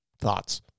thoughts